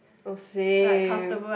oh same